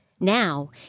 Now